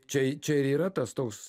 čia čia ir yra tas toks